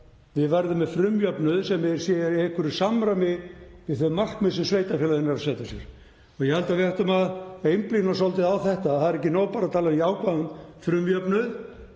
við verðum með frumjöfnuð sem er í einhverju samræmi við þau markmið sem sveitarfélögin eru að setja sér. Ég held að við ættum að einblína svolítið á þetta. Það er ekki nóg að tala bara um jákvæðan frumjöfnuð